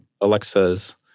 Alexa's